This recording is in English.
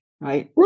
right